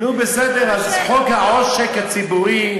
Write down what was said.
נו, בסדר, אז חוק העושק הציבורי